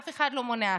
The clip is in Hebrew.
אף אחד לא מונע אכיפה.